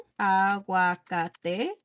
Aguacate